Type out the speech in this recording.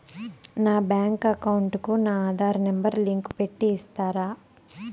నా bank account కు నా ఆధార్ నెంబర్ లింకు పెట్టి ఇస్తారా?